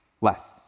less